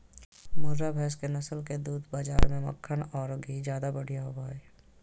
मुर्रा भैस के नस्ल के दूध बाज़ार में मक्खन औरो घी ज्यादा बढ़िया होबो हइ